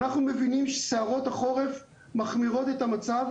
אנחנו מבינים שסערות החורף מחמירות את המצב.